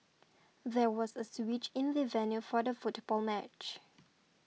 there was a switch in the venue for the football match